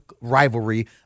rivalry